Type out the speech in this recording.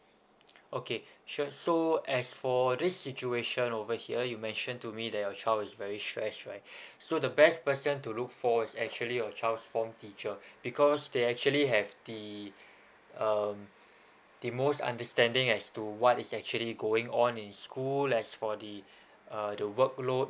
okay sure so as for this situation over here you mention to me that your child is very stress right so the best person to look for is actually your child's form teacher because they actually have the um the most understanding as to what is actually going on in school as for the uh the work load